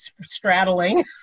straddling